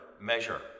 measure